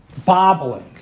bobbling